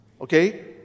Okay